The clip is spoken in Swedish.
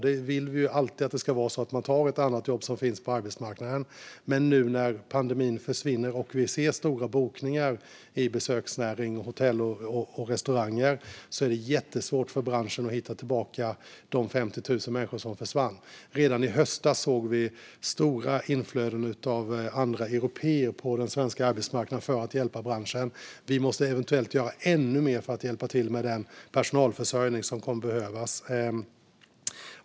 Vi vill ju alltid att man ska ta ett annat jobb som finns på arbetsmarknaden. Men nu när pandemin avtar och vi ser stora bokningar i besöksnäringen, på hotell och restauranger, är det jättesvårt för branschen att få tillbaka de 50 000 personerna som försvann. Redan i höstas såg vi stora inflöden av andra européer på den svenska arbetsmarknaden för att hjälpa branschen. Vi måste eventuellt göra ännu mer för att hjälpa till med den personalförsörjning som kommer att behövas.